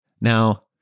Now